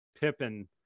Pippin